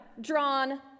drawn